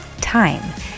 time